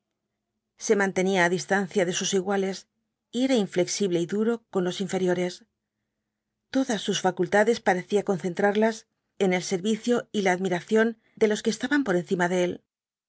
se mantenía á distancia de sus iguales y era inflexible y durp con los inferiores todas sus facultades parecía concentrarlas en el servicio y la admiración de los que estaban por encima de él